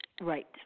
Right